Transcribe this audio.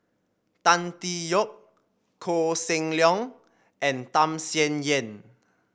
Tan Tee Yoke Koh Seng Leong and Tham Sien Yen